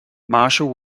marshall